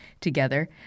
together